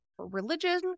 religion